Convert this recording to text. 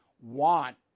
want